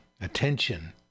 attention